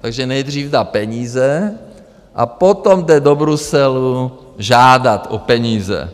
takže nejdřív dá peníze a potom jde do Bruselu žádat o peníze.